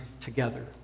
together